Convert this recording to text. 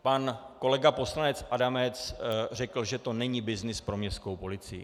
Pan kolega poslanec Adamec řekl, že to není byznys pro městskou policii.